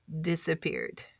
disappeared